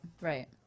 Right